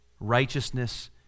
righteousness